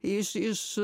iš iš